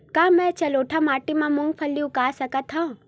का मैं जलोढ़ माटी म मूंगफली उगा सकत हंव?